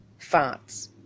Farts